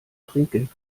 trinkgeld